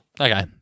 Okay